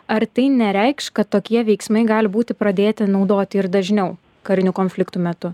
ar tai nereikš kad tokie veiksmai gali būti pradėti naudoti ir dažniau karinių konfliktų metu